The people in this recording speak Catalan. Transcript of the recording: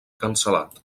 cancel·lat